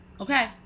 okay